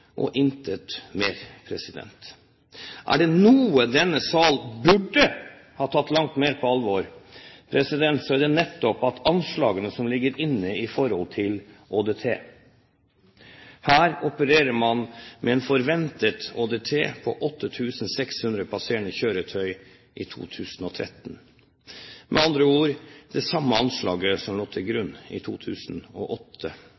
og intet mer. Er det noe denne sal burde ha tatt langt mer på alvor, er det nettopp anslagene som ligger inne når det gjelder ÅDT. Her opererer man med en forventet ÅDT på 8 600 passerende kjøretøy i 2013, med andre ord det samme anslaget som lå til